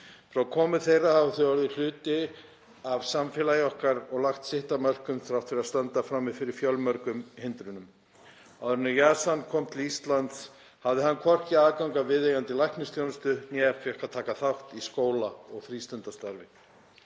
Frá komu þeirra hafa þau orðið hluti af samfélagi okkar og lagt sitt af mörkum þrátt fyrir að standa frammi fyrir fjölmörgum hindrunum. Áður en Yazan kom til Íslands hafði hann hvorki aðgang að viðeigandi læknisþjónustu né fékk að taka þátt í skóla- og frístundastarfi.